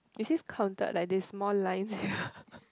is this counted like the small lines here